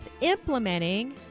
implementing